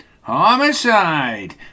Homicide